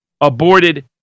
aborted